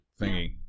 thingy